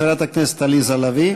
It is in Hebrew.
חברת הכנסת עליזה לביא.